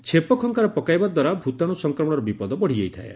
ଛେପ ଖଙ୍କାର ପକାଇବା ଦ୍ୱାରା ଭୂତାଣୁ ସଂକ୍ରମଣର ବିପଦ ବଢ଼ିଯାଇଥାଏ